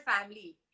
family